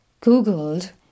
googled